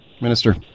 Minister